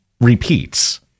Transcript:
repeats